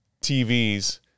TVs